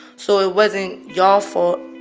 so it wasn't y'all fault.